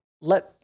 let